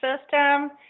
system